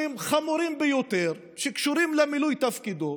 מואשם בשלושה אישומים חמורים ביותר שקשורים למילוי תפקידו,